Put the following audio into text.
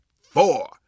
four